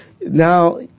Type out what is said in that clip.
now